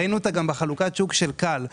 ראינו גם בחלוקת השוק של כאל.